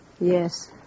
Yes